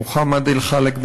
מוחמד אל-חלאק,